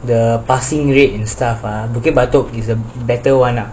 the passing rate in stuff ah bukit batok is a better one lah